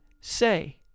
say